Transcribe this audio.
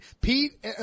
Pete